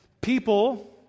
people